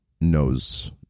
knows